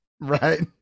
Right